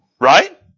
Right